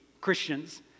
Christians